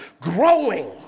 growing